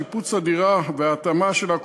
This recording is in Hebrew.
שיפוץ הדירה וההתאמה שלה,